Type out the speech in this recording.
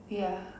ya